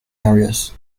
areas